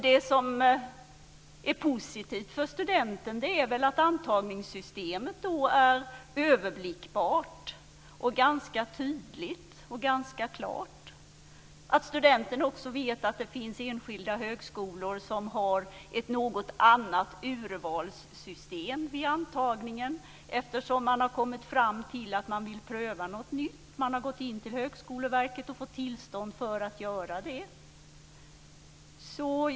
Det som är positivt för studenten är att antagningssystemet då är överblickbart och ganska tydligt och ganska klart. Studenten vet också att det finns enskilda högskolor som har ett något annat urvalssystem vid antagningen eftersom man har kommit fram till att man vill pröva något nytt. Man har gått in till Högskoleverket för att få tillstånd att göra det.